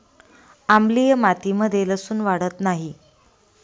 आम्लीय मातीमध्ये लसुन वाढत नाही